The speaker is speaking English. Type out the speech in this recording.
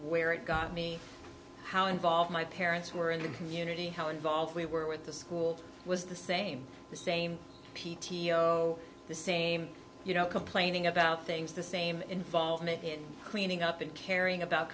where it got me how involved my parents were in the community how involved we were with the school was the same the same p t o the same you know complaining about things the same involvement in cleaning up and caring about